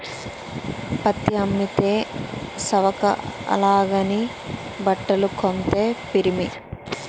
పత్తి అమ్మితే సవక అలాగని బట్టలు కొంతే పిరిమి